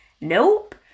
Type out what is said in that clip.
Nope